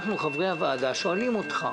אנחנו, חברי הוועדה, שואלים אותך.